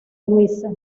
luisa